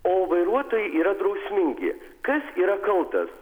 o vairuotojai yra drausmingi kas yra kaltas